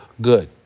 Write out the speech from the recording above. good